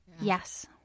yes